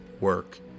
work